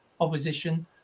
opposition